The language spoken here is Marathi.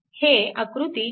हे आकृती 4